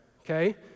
okay